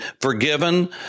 forgiven